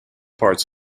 parts